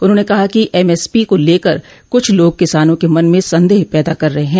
उन्होंने कहा कि एमएसपी को लेकर कुछ लोग किसानों के मन में संदेह पैदा कर रहे हैं